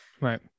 right